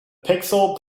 pixel